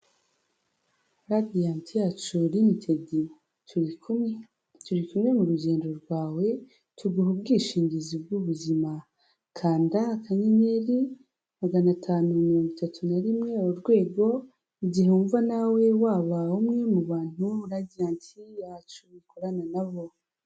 Radiyanti yacu limitedi turi kumwe, turi kumwe mu rugendo rwawe, tuguha ubwishingizi bw'ubuzima, kanda akanyenyeri magana atanu mirongo itatu na rimwe urwego, igihe wumva nawe waba umwe mu bantu Radiyanti yacu ikorana na bo.